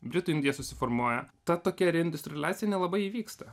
britų indija susiformuoja tą tokia reindustrializacija nelabai įvyksta